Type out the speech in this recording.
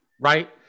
Right